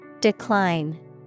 Decline